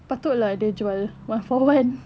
patutlah dia jual one for one